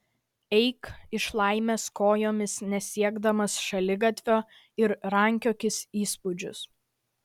eik iš laimės kojomis nesiekdamas šaligatvio ir rankiokis įspūdžius